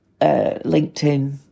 LinkedIn